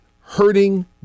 hurting